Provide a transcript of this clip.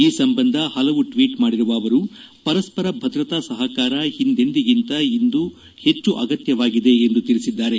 ಈ ಸಂಬಂಧ ಹಲವು ಟ್ವೀಟ್ ಮಾಡಿರುವ ಅವರು ಪರಸ್ಪರ ಭದ್ರತಾ ಸಹಕಾರ ಹಿಂದೆಂದಿಗಿಂತ ಇಂದು ಹೆಚ್ಚು ಅಗತ್ಯವಾಗಿದೆ ಎಂದು ತಿಳಿಸಿದ್ದಾರೆ